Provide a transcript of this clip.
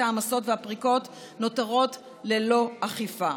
בעת ההעמסות והפריקות נותרות ללא כל אכיפה.